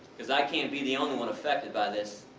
because i can't be the only one affected by this.